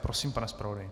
Prosím, pane zpravodaji.